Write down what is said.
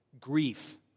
Grief